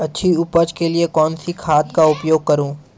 अच्छी उपज के लिए कौनसी खाद का उपयोग करूं?